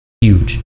huge